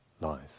life